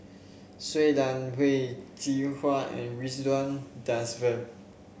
Shui Lan Wen Jinhua and Ridzwan Dzafir